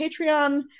patreon